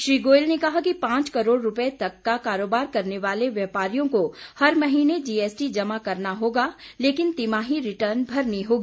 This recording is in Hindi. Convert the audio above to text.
श्री गोयल ने कहा कि पांच करोड़ रूपये तक का कारोबार करने वाले व्यापारियों को हर महीने जीएसटी जमा करना होगा लेकिन तिमाही रिटर्न भरनी होगी